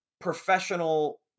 professional